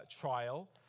trial